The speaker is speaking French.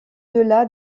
delà